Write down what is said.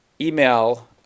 email